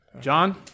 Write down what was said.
John